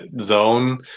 zone